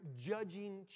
judging